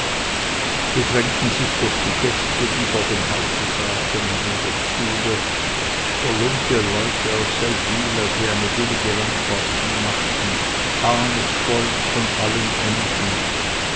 sie drängten sich durch die gäste die vor dem hause saßen und in der stube verlumpte leute aus seldwyla die eine billige landpartie machten armes volk von allen enden